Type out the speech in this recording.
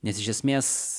nes iš esmės